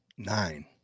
nine